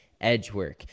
Edgework